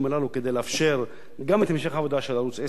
כדי לאפשר גם את המשך העבודה של ערוץ-10,